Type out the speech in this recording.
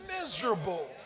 miserable